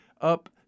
up